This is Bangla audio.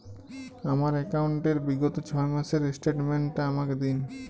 আমার অ্যাকাউন্ট র বিগত ছয় মাসের স্টেটমেন্ট টা আমাকে দিন?